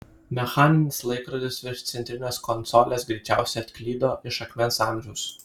mechaninis laikrodis virš centrinės konsolės greičiausiai atklydo iš akmens amžiaus